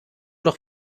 doch